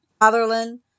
Fatherland